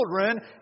children